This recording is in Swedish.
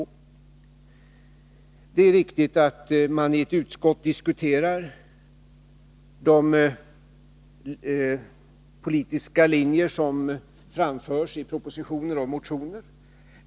Det är riktigt att man i ett utskott diskuterar de politiska linjer som framförs i propositioner och motioner.